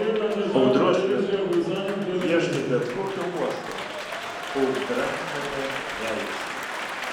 audros metu ieškai bet kokio uosto o audra mane vejasi